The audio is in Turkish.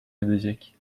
edecek